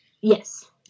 Yes